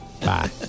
Bye